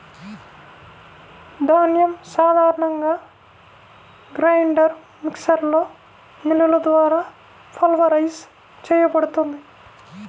ధాన్యం సాధారణంగా గ్రైండర్ మిక్సర్లో మిల్లులు ద్వారా పల్వరైజ్ చేయబడుతుంది